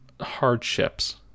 hardships